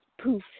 poof